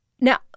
Now